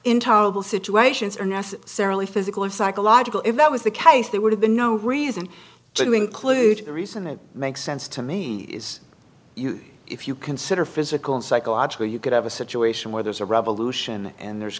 intolerable situations are necessarily physical or psychological if that was the case there would have been no reason to include the reason it makes sense to me is if you consider physical and psychological you could have a situation where there's a revolution and there's